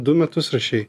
du metus rašei